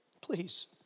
Please